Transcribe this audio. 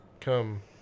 come